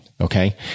Okay